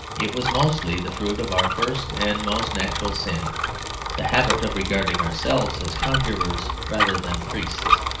it was mostly the fruit of our first and most natural sin the habit of regarding ourselves as conjurers rather than priests,